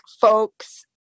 folks